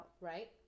Right